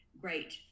great